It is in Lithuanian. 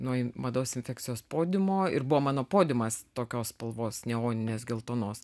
nuo mados infekcijos podiumo ir buvo mano podiumas tokios spalvos neoninės geltonos